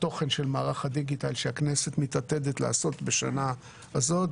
התוכן של מערך הדיגיטל שהכנסת מתעתדת לעשות בשנה הזאת.